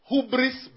Hubris